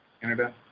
canada